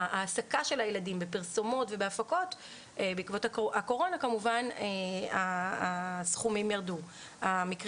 העסקה של הילדים בפרסומות ובהפקות בעקבות הקורונה כמובן המקרים ירדו.